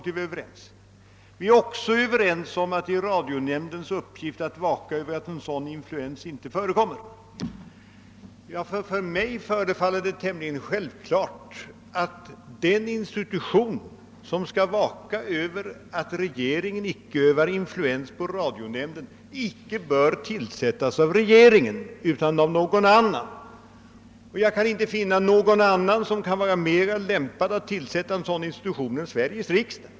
Vi är också överens om att det är radionämndens uppgift att vaka över att någon sådan influens inte förekommer. Det förefaller mig tämligen självklart att den institution som skall vaka över att regeringen icke övar influens över Sveriges Radio inte bör tillsättas av regeringen utan av någon annan. Och jag kan inte finna någon annan som är mera lämpad att tillsätta en sådan institution än Sveriges riksdag.